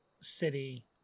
city